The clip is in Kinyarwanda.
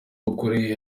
ukuri